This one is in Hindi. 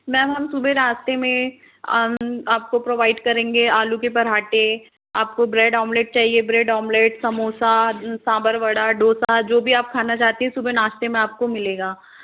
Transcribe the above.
मेम हम सुबह नाश्ते में आपको प्रोवाइड करेंगे आलू के पराठे आपको ब्रेड ऑमलेट चाहिए ब्रेड ऑमलेट समोसा सांभर वड़ा डोसा जो भी आप खाना चाहते है सुबह नाश्ते में आपको मिलेगा